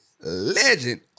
legend